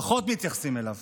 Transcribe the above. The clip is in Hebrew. פחות מתייחסים אליו